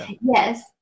yes